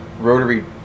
rotary